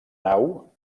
nau